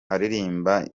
aririmba